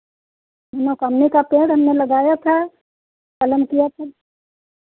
मनोकामनी का पेड़ हमने लगाया था कलम किया था